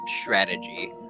strategy